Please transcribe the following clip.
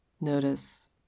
Notice